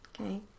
Okay